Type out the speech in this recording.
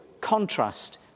contrast